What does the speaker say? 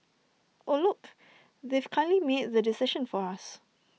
oh look they've kindly made the decision for us